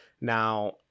Now